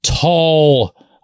tall